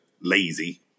lazy